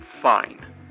fine